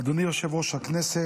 אדוני יושב-ראש הישיבה,